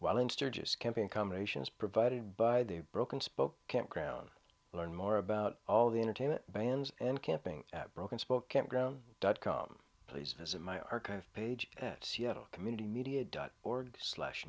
while in sturgis camping combinations provided by the broken spoke campground learn more about all the entertainment vans and camping at broken spoke campground dot com please visit my archive page at seattle community media dot org slash